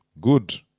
good